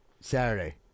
Saturday